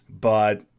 but-